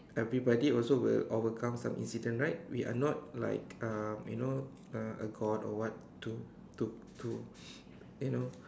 everybody also will overcome some incident right we are not like um you know uh a god or what to to to you know